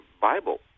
Bible